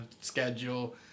schedule